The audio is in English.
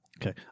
Okay